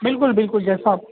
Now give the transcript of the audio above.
بالکل بالکل جیسا آپ